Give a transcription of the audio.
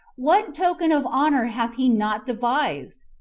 what token of honor hath he not devised?